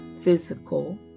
physical